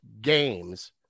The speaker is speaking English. games